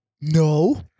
No